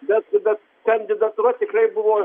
bet bet kandidatūra tikrai buvo